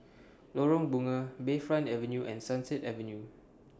Lorong Bunga Bayfront Avenue and Sunset Avenue